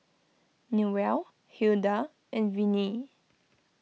Newell Hilda and Vinie